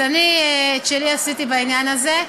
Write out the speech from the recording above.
אז אני את שלי עשיתי בעניין הזה.